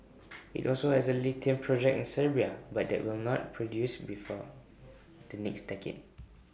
IT also has A lithium project in Serbia but that will not produce before the next decade